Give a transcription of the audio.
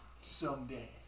someday